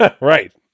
Right